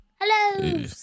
Hello